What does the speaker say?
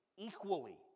equally